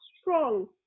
strong